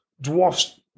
dwarfs